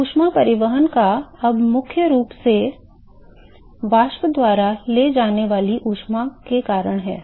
तो ऊष्मा परिवहन अब मुख्य रूप से वाष्प द्वारा ले जाने वाली ऊष्मा के कारण है